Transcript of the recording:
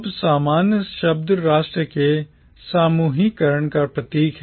अब सामान्य शब्द राष्ट्र के समूहीकरण का प्रतीक है